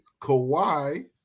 Kawhi